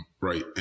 right